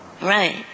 right